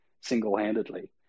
single-handedly